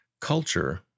Culture